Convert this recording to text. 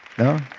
no?